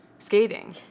skating